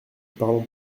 parlons